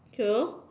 true